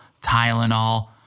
Tylenol